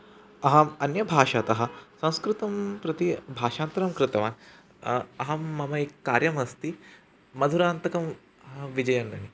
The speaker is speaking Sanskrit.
अहम् अन्यभाषातः संस्कृतं प्रति भाषान्तरं कृतवान् अहं मम एकं कार्यमस्ति मधुरान्तकं विजयन्ननि